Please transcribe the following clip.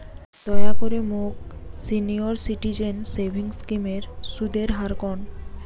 দয়া করে মোক সিনিয়র সিটিজেন সেভিংস স্কিমের সুদের হার কন